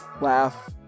laugh